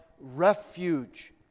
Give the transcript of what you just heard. refuge